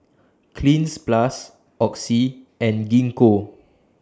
Cleanz Plus Oxy and Gingko